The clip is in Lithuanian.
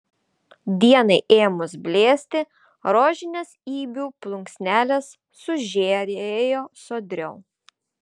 dienai ėmus blėsti rožinės ibių plunksnelės sužėrėjo sodriau